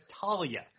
talia